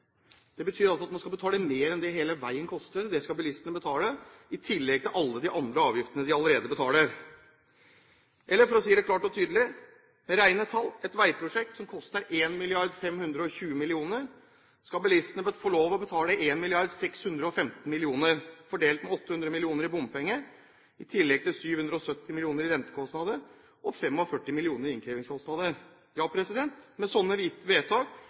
det betyr at man skal betale mer enn det hele veien koster. Det skal bilistene betale i tillegg til alle de andre avgiftene de allerede betaler. Eller for å si det klart og tydelig med rene tall: For et veiprosjekt som koster 1 520 mill. kr, skal bilistene få lov til å betale 1 615 mill. kr, fordelt på 800 mill. kr i bompenger, i tillegg til 770 mill. kr i rentekostnader og 45 mill. kr i innkrevingskostnader. Ja, med slike vedtak